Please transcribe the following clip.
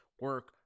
Work